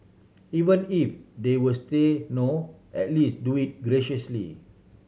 even if they was say no at least do it graciously